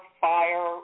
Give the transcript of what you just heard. fire